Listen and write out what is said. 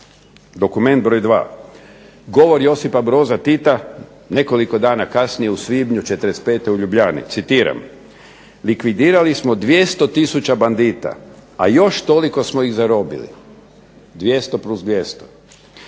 Dokument broj 2, Govor Josipa Broza Tita nekoliko dana kasnije u svibnju '45. u Ljubljani. Citiram: "Likvidirali smo 200 tisuća bandita, a još toliko smo ih zarobili. 200 + 200.